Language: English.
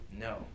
No